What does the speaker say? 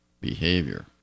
behavior